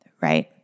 right